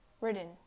written